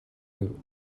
гэв